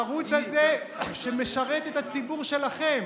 הערוץ הזה שמשרת את הציבור שלכם.